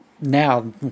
now